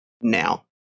now